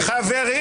לך שיירגע,